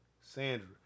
Sandra